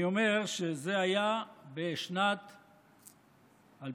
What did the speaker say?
אני אומר שזה היה בשנת 2013,